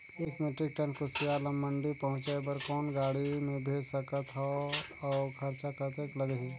एक metric tonne कुसियार ल मंडी पहुंचाय बर कौन गाड़ी मे भेज सकत हव अउ खरचा कतेक लगही?